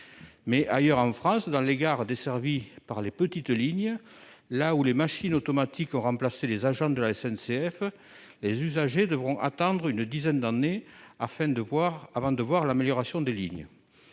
mais ailleurs en France, dans les gares desservies par les petites lignes la ou les machines automatiques ont remplacé les agents de la SNCF, les usagers devront attendre une dizaine d'années afin de voir avant de voir l'amélioration des lignes